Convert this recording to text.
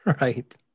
right